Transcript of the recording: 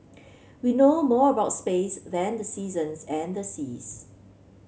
we know more about space than the seasons and the seas